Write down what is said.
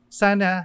sana